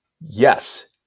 Yes